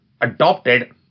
adopted